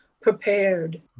prepared